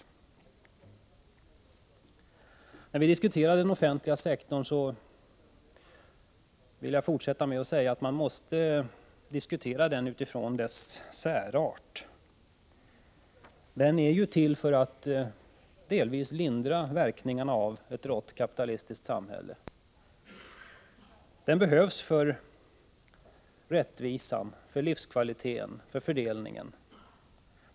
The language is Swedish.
Man måste diskutera den offentliga sektorn utifrån dess särart. Den är ju till för att delvis lindra verkningarna av ett rått kapitalistiskt samhälle. Den behövs för rättvisan, för livskvaliteten och för fördelningen.